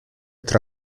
tra